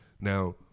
Now